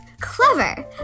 Clever